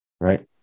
right